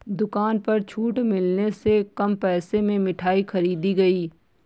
दुकान पर छूट मिलने से कम पैसे में मिठाई खरीदी गई